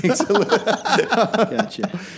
Gotcha